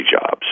jobs